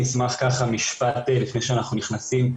אני אשמח לומר משפט פתיחה לפני שאנחנו נכנסים.